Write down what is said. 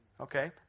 okay